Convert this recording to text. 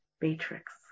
matrix